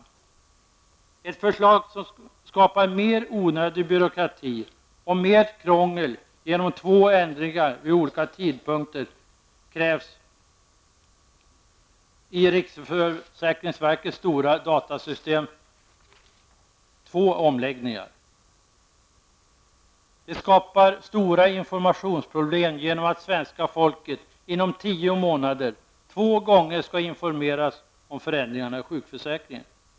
Utskottets förslag skapar mer onödig byråkrati och mer krångel genom att två omläggningar vid olika tidpunkt krävs i riksförsäkringsverkets stora datasystem. Det skapar stora informationsproblem genom att svenska folket inom tio månader två gånger skall informeras om förändringar i sjukförsäkringen.